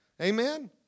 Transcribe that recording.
Amen